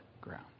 ground